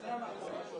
בשעה 13:50.